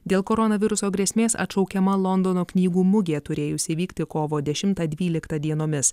dėl koronaviruso grėsmės atšaukiama londono knygų mugė turėjusi įvykti kovo dešimtą dvyliktą dienomis